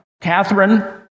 Catherine